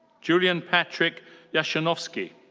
julian patryk jasionowski.